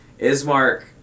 Ismark